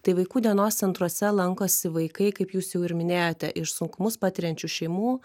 tai vaikų dienos centruose lankosi vaikai kaip jūs jau ir minėjote iš sunkumus patiriančių šeimų